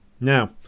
Now